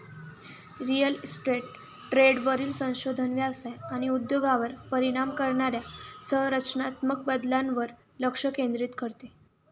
real estate ट्रेंडवरील संशोधन व्यवसाय आणि उद्योगावर परिणाम करणाऱ्या संरचनात्मक बदलांवर लक्ष केंद्रित करते